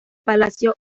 palacio